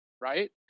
right